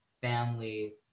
family